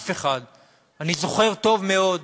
אני זוכר טוב מאוד,